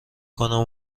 کنم